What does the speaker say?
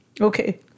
okay